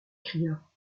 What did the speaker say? cria